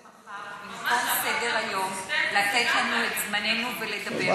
אבל למה לא במקום סדר-היום לתת לנו את זמננו ולדבר,